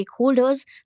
stakeholders